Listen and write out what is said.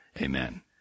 Amen